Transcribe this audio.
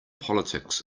politics